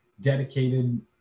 dedicated